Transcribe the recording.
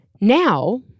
Now